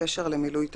בקשר למילוי תפקידיהם.